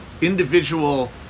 individual